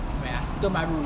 where ah tiong bahru